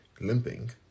limping